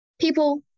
People